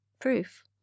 proof